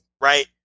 right